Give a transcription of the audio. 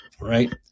Right